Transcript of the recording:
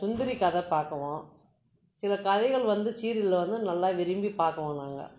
சுந்தரி கதை பார்க்குவோம் சில கதைகள் வந்து சீரியலில் வந்து நல்லா விரும்பி பார்க்குவோம் நாங்கள்